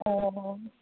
ᱚᱻ